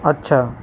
আচ্ছা